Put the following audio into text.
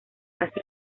así